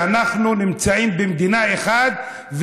שאנחנו נמצאים במדינה אחת,